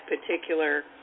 particular